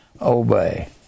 Obey